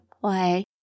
play